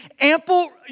ample